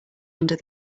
under